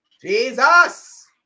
Jesus